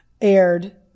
aired